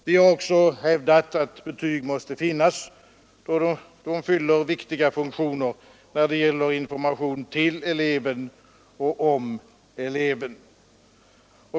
Vi har också hävdat att betyg måste finnas, då de fyller viktiga funktioner när det gäller information till eleven och om eleven.